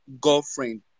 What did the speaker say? girlfriend